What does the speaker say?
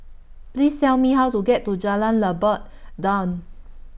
Please Tell Me How to get to Jalan Lebat Daun